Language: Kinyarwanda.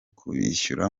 kubishyura